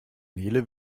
nele